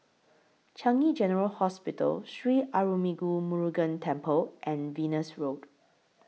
Changi General Hospital Sri Arulmigu Murugan Temple and Venus Road